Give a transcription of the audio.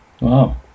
Wow